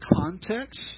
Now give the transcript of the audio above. context